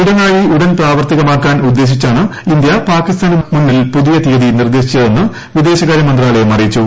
ഇടനാഴി ഉടൻ പ്രാവർത്തികമാക്കാൻ ഉദ്ദേശിച്ചാണ് ഇന്ത്യ പാകിസ്ഥാനു മുന്നിൽ പുതിയ തീയതി നിർദ്ദേശിച്ചതെന്ന് വിദേശകാരൃ മന്ത്രാലയം അറിയിച്ചു